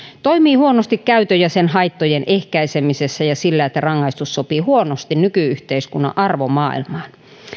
toimii huonosti käytön ja sen haittojen ehkäisemisessä ja sillä että rangaistus sopii huonosti nyky yhteiskunnan arvomaailmaan